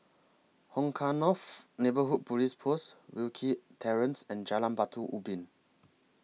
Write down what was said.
Hong Kah North Neighbourhood Police Post Wilkie Terrace and Jalan Batu Ubin